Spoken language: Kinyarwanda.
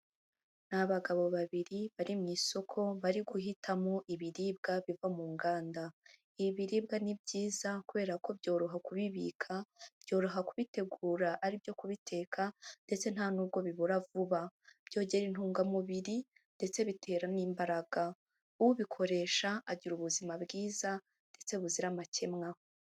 Ni abagabo babiri bari mu isoko bari guhitamo ibiribwa biva mu nganda; ibi biribwa ni byiza kubera ko byoroha kubibika, byoroha kubitegura aribyo kubiteka, ndetse nta n'ubwo bibora vuba, byongera intungamubiri ndetse bitera n'imbaraga; ubikoresha agira ubuzima bwiza ndetse buzira amakemwa.